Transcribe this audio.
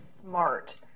smart